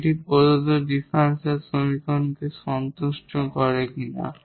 এটি প্রদত্ত ডিফারেনশিয়াল সমীকরণটি সন্তুষ্ট করে কিনা